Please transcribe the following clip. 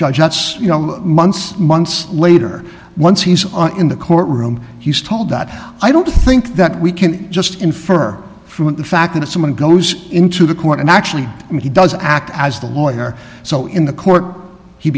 judge that's you know months months later once he's in the courtroom he's told that i don't think that we can just infer from the fact that someone goes into the court and actually he doesn't act as the lawyer so in the court he